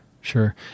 sure